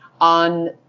on